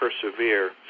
persevere